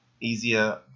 easier